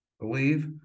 believe